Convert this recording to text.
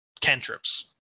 cantrips